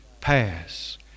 pass